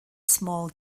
small